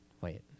Wait